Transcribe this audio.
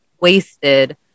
wasted